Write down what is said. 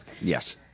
Yes